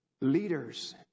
leaders